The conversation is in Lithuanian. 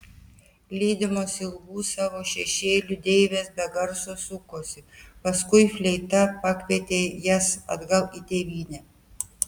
lydimos ilgų savo šešėlių deivės be garso sukosi paskui fleita pakvietė jas atgal į tėvynę